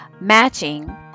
matching